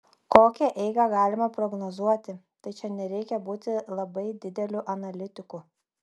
kokią eigą galima prognozuoti tai čia nereikia būti labai dideliu analitiku